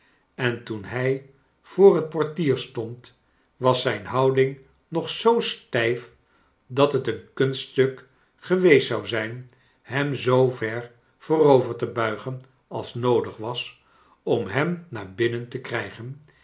en toen hij voor het portier stond was zijn houding nog zoo stijf dat het een kunststnk geweest zou zijn hem zoo ver voorover te buigen als noodig was om hem naar binnen te krijgen